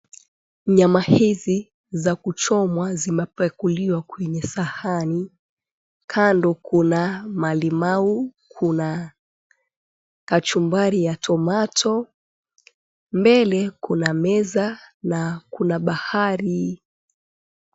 Nyama hizi za kuchomwa zimepakuliwa kwenye sahani, kando kuna malimau kuna kachubari ya tomato , mbele kuna meza na kuna bahari.